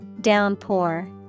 Downpour